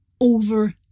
over